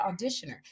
auditioner